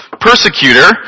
persecutor